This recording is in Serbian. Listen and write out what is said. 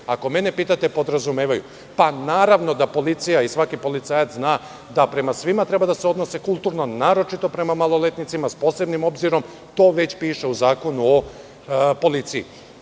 ako mene pitate, podrazumevaju. Pa naravno da policija i svaki policajac zna da prema svima treba da se odnose kulturno, naročito prema maloletnicima, s posebnim obzirom, to već piše u Zakonu o policiji. Mislim